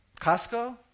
Costco